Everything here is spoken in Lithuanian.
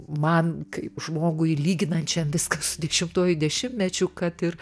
man kaip žmogui lyginančiam viską su dešimtuoju dešimtmečiu kad ir